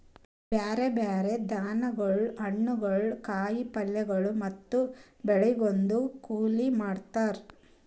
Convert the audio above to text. ಬ್ಯಾರೆ ಬ್ಯಾರೆ ಧಾನ್ಯಗೊಳ್, ಹಣ್ಣುಗೊಳ್, ಕಾಯಿ ಪಲ್ಯಗೊಳ್ ಮತ್ತ ಬೆಳಿಗೊಳ್ದು ಕೊಯ್ಲಿ ಮಾಡ್ತಾರ್